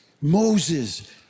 Moses